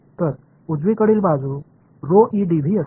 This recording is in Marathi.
तर उजवीकडील बाजू असेल